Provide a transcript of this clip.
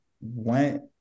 went